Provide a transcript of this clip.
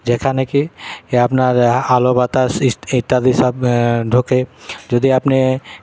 যেখানে কী আপনার আলো বাতাস ইস্ত ইত্যাদি সব ঢোকে যদি আপনি